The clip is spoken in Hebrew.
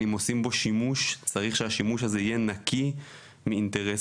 אם עושים בו שימוש צריך שהשימוש הזה יהיה נקי מאינטרסים.